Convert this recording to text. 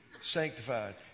sanctified